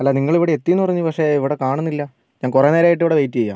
അല്ല നിങ്ങളിവിടെ എത്തി എന്ന് പറഞ്ഞു പക്ഷേ ഇവിടെ കാണുന്നില്ല ഞാൻ കുറേ നേരമായിട്ട് ഇവിടെ വെയിറ്റ് ചെയ്യുവാണ്